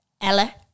Ella